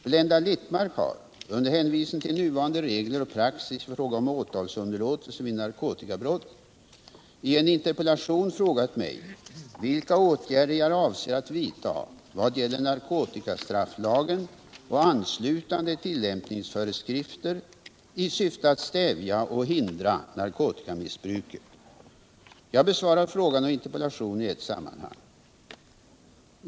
Blenda Littmarck har — under hänvisning till nuvarande regler och praxis i fråga om åtalsunderlåtelse vid narkotikabrott — i en interpellation frågat mig vilka åtgärder jag avser att vidta i vad gäller narkotikastrafflagen och anslutande tillämpningsföreskrifter i syfte att stävja och hindra narkotikamissbruket. Jag besvarar frågan och interpellationen i ett sammanhang.